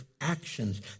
actions